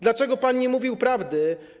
Dlaczego pan nie mówił prawdy?